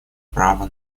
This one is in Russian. права